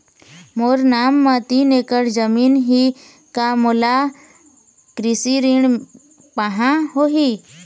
मोर नाम म तीन एकड़ जमीन ही का मोला कृषि ऋण पाहां होही?